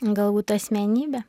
galbūt asmenybė